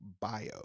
bio